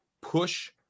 push